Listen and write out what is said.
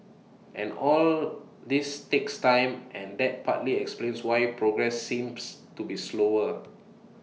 and all this takes time and that partly explains why progress seems to be slower